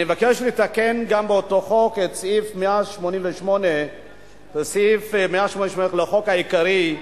אני מבקש לתקן באותו חוק גם את סעיף 188 לחוק העיקרי,